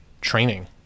training